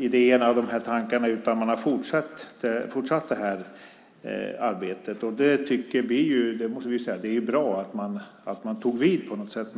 idéerna och de här tankarna, utan man har fortsatt det här arbetet. Vi tycker - det måste vi säga - att det är bra att man tog vid på något sätt.